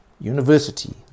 university